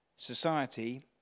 Society